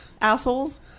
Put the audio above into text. assholes